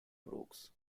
brooks